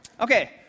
Okay